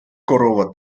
корова